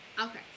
Okay